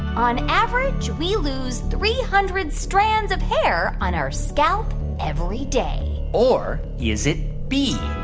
on average, we lose three hundred strands of hair on our scalp every day? or is it b,